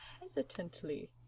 hesitantly